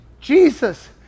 Jesus